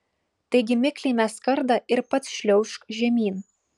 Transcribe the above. taigi mikliai mesk kardą ir pats šliaužk žemyn